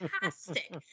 fantastic